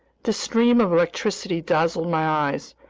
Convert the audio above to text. this stream of electricity dazzled my eyes,